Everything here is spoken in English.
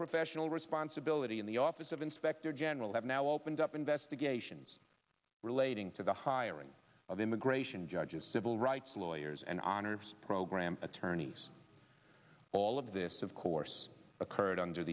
professional responsibility in the office of inspector general have now opened up investigations relating to the hiring of immigration judges civil rights lawyers and honors program attorneys all of this of course occurred under